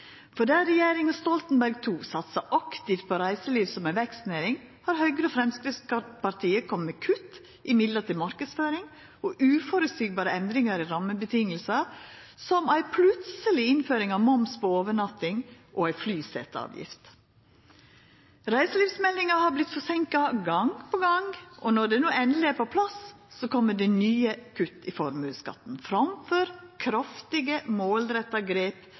Der regjeringa Stoltenberg II satsa aktivt på reiseliv som ei vekstnæring, har Høgre og Framstegspartiet kome med kutt i midlar til marknadsføring og uføreseielege endringar i rammevilkåra, som ei plutseleg innføring av moms på overnatting og ei flyseteavgift. Reiselivsmeldinga har vorte forseinka gong på gong, og når ho no endeleg er på plass, kjem det nye kutt i formuesskatten framfor kraftige, målretta grep